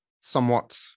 somewhat